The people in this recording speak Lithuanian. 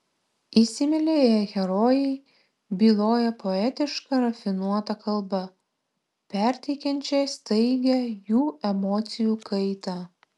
įsimylėję herojai byloja poetiška rafinuota kalba perteikiančia staigią jų emocijų kaitą